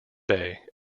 bay